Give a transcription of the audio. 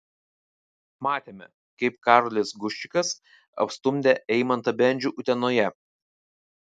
matėme kaip karolis guščikas apstumdė eimantą bendžių utenoje